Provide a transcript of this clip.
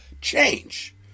change